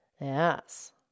Yes